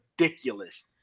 ridiculous